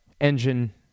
engine